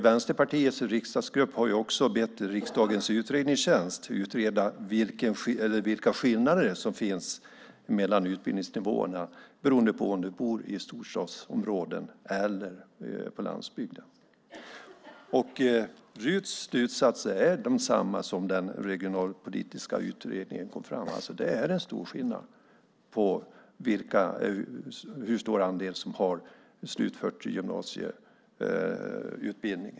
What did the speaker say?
Vänsterpartiets riksdagsgrupp har också bett riksdagens utredningstjänst att utreda vilka skillnader som finns mellan utbildningsnivåerna beroende på om man bor i storstadsområdena eller på landsbygden. RUT:s slutsatser är desamma som de den regionalpolitiska utredningen kom fram till. Det är en stor skillnad när det gäller hur stor andel som har slutfört gymnasieutbildning.